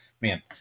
man